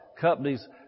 Companies